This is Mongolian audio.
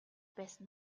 байсан